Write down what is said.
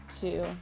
two